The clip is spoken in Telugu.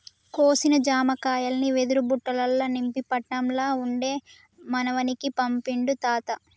కోసిన జామకాయల్ని వెదురు బుట్టలల్ల నింపి పట్నం ల ఉండే మనవనికి పంపిండు తాత